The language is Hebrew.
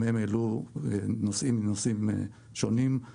גם הם העלו נושאים מנושאים שונים,